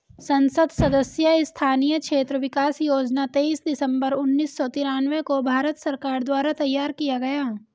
संसद सदस्य स्थानीय क्षेत्र विकास योजना तेईस दिसंबर उन्नीस सौ तिरान्बे को भारत सरकार द्वारा तैयार किया गया